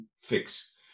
fix